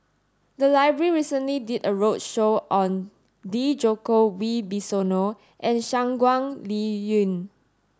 the library recently did a roadshow on Djoko Wibisono and Shangguan Liuyun